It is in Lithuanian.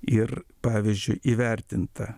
ir pavyzdžiui įvertinta